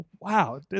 Wow